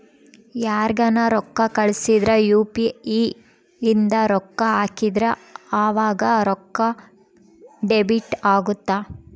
ಯಾರ್ಗನ ರೊಕ್ಕ ಕಳ್ಸಿದ್ರ ಯು.ಪಿ.ಇ ಇಂದ ರೊಕ್ಕ ಹಾಕಿದ್ರ ಆವಾಗ ರೊಕ್ಕ ಡೆಬಿಟ್ ಅಗುತ್ತ